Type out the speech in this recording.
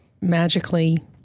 magically